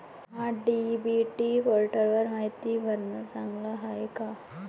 महा DBT पोर्टलवर मायती भरनं चांगलं हाये का?